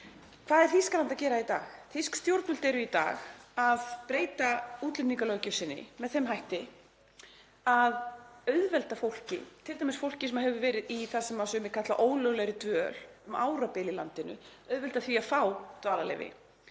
Hvað er Þýskaland að gera í dag? Þýsk stjórnvöld eru í dag að breyta útlendingalöggjöfinni með þeim hætti að auðvelda fólki, t.d. fólki sem hefur verið í því sem sumir kalla ólöglegri dvöl um árabil í landinu, að fá dvalarleyfi.